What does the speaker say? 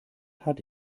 hat